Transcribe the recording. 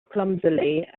clumsily